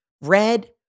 red